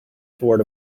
toward